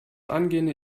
angehende